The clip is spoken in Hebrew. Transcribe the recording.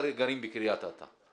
אנחנו לא גרים בקריית אתא,